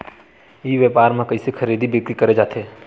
ई व्यापार म कइसे खरीदी बिक्री करे जाथे?